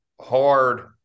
hard